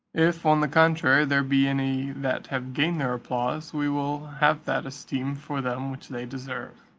if, on the contrary, there be any that have gained their applause, we will have that esteem for them which they deserve.